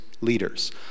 leaders